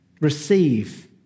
Receive